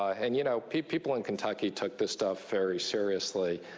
and, you know, people in kentucky took this stuff very seriously.